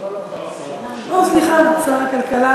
למה לא, סליחה, שר הכלכלה.